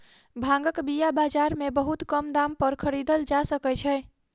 भांगक बीया बाजार में बहुत कम दाम पर खरीदल जा सकै छै